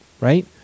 right